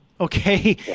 Okay